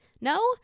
No